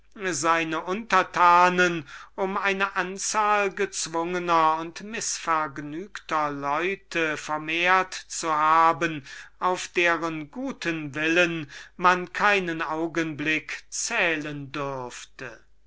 seine untertanen um eine anzahl gezwungner und mißvergnügter leute vermehrt zu haben auf deren guten willen er keinen augenblick hätte zählen